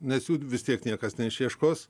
nes jų vis tiek niekas neišieškos